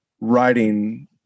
writing